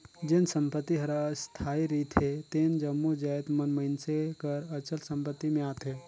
जेन संपत्ति हर अस्थाई रिथे तेन जम्मो जाएत मन मइनसे कर अचल संपत्ति में आथें